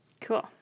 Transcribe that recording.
Cool